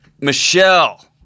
michelle